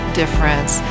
difference